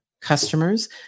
customers